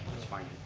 that's fine.